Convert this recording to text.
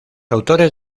autores